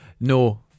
No